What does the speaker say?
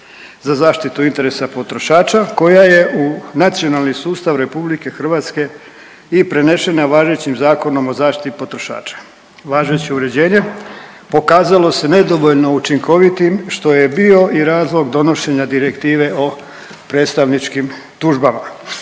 za zaštitu interesa potrošača koja je u nacionalni sustav RH i prenešena važećim Zakonom o zaštiti potrošača. Važeće uređenje pokazalo se nedovoljno učinkovitim što je i bio i razlog donošenja Direktive o predstavničkim tužbama.